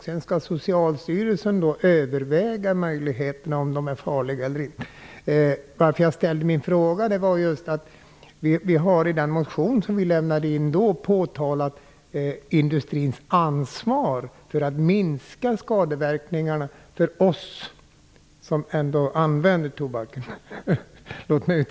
Sedan skall Socialstyrelsen överväga om den är farliga eller inte. I vår motion har vi påtalat industrins ansvar för att minska skadeverkningarna för oss som ändå använder tobaken.